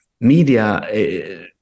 media